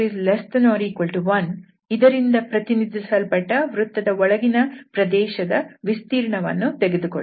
x2y2≤1 ಇದರಿಂದ ಪ್ರತಿನಿಧಿಸಲ್ಪಟ್ಟ ವೃತ್ತದ ಒಳಗಿನ ಪ್ರದೇಶದ ವಿಸ್ತೀರ್ಣವನ್ನು ತೆಗೆದುಕೊಳ್ಳಿ